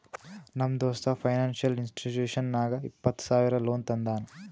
ನಮ್ ದೋಸ್ತ financial institution ನಾಗ್ ಇಪ್ಪತ್ತ ಸಾವಿರ ಲೋನ್ ತಂದಾನ್